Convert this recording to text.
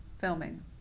filming